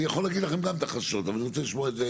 אני יכול לכם גם את החששות אבל אני רוצה לשמוע את זה